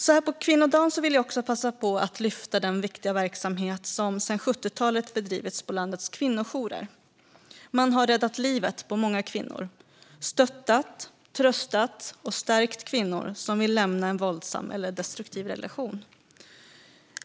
Så här på kvinnodagen vill jag passa på att lyfta den viktiga verksamhet som sedan 70-talet bedrivits på landets kvinnojourer. Man har räddat livet på många kvinnor och stöttat, tröstat och stärkt kvinnor som vill lämna en våldsam eller destruktiv relation.